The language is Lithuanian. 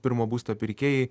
pirmo būsto pirkėjai